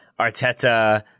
Arteta